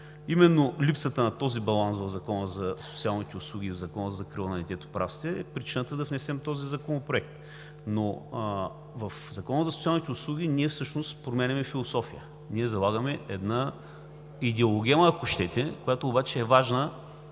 Именно липсата на този баланс в Закона за социалните услуги и в Закона за закрила на детето, прав сте, е причината да внесем този законопроект. Но в Закона за социалните услуги ние всъщност променяме философията. Ние залагаме една идеологема, ако щете, която обаче е важна